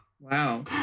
wow